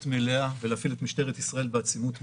מלאה ולהפעיל את משטרת ישראל בעצימות מלאה.